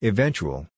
Eventual